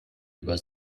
über